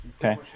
Okay